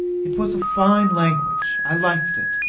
it was a fine language. i liked it,